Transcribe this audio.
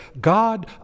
God